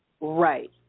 right